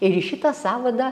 ir į šitą sąvadą